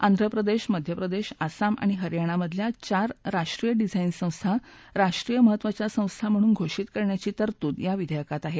आंध्रप्रदेश मध्यप्रदेश आसाम आणि हरियाणा मधल्या चार राष्ट्रीय डिजाइन संस्था राष्ट्रीय महत्वचा संस्था म्हणून घोषित करण्याची तरतूद या विधेयकात आहे